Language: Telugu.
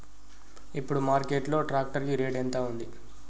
ఇప్పుడు మార్కెట్ లో ట్రాక్టర్ కి రేటు ఎంత ఉంది?